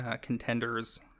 contenders